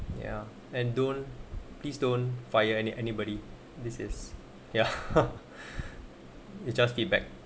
ya and don't please don't fire any anybody this is ya it's just feedback